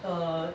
err